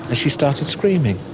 she started screaming.